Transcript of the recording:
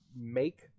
make